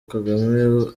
kagame